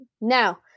Now